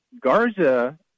Garza